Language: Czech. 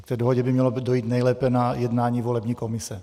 K té dohodě by mělo dojít nejlépe na jednání volební komise.